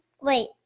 Wait